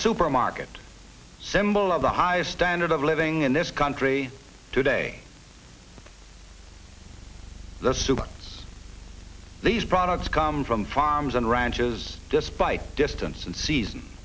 supermarket symbol of the highest standard of living in this country today the suits these products come from farms and ranches despite distance and season